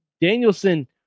Danielson